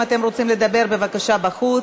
אם אתם רוצים לדבר, בבקשה בחוץ.